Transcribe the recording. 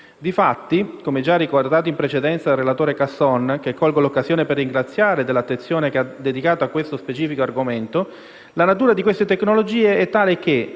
Difatti, come già ricordato in precedenza dal relatore Casson - che colgo l'occasione per ringraziare dell'attenzione che ha dedicato a questo specifico argomento - la natura di queste tecnologie è tale che,